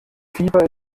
fieber